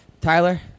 Tyler